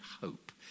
hope